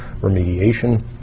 remediation